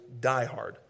diehard